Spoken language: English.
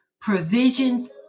provisions